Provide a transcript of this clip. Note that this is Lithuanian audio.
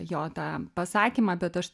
jo tą pasakymą bet aš